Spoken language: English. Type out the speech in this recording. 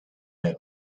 moon